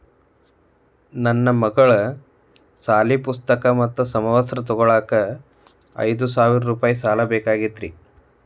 ನನ್ನ ಮಗಳ ಸಾಲಿ ಪುಸ್ತಕ್ ಮತ್ತ ಸಮವಸ್ತ್ರ ತೊಗೋಳಾಕ್ ಐದು ಸಾವಿರ ರೂಪಾಯಿ ಸಾಲ ಬೇಕಾಗೈತ್ರಿ